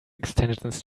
extensions